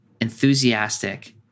enthusiastic